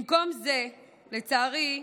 במקום זה, לצערי,